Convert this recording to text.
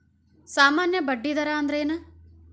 ಸಾಮಾನ್ಯ ಬಡ್ಡಿ ದರ ಅಂದ್ರೇನ?